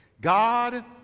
God